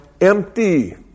empty